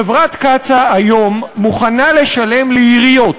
חברת קצא"א היום מוכנה לשלם לעיריות